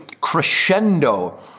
crescendo